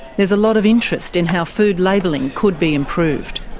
there's a lot of interest in how food labelling could be improved.